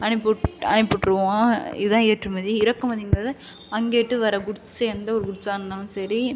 அனுப்பிவுட் அனுப்பிவிட்ருவோம் இதுதான் ஏற்றுமதி இறக்குமதின்றது அங்கேட்டு வர குட்ஸ் எந்த ஒரு குட்ஸாக இருந்தாலும் சரி